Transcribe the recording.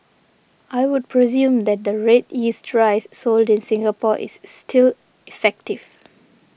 I would presume that the red yeast dries sold in Singapore is still effective